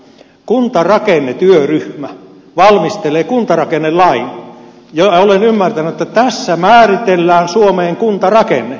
kuntarakennetyöryhmä valmistelee kuntarakennelain ja olen ymmärtänyt että tässä määritellään suomeen kuntarakenne